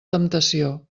temptació